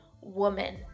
woman